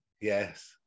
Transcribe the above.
yes